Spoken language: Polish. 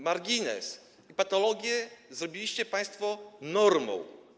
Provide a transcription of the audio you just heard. Margines, patologie zrobiliście państwo normą.